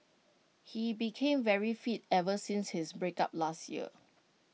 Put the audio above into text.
he became very fit ever since his breakup last year